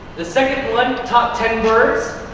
the second one, top ten words,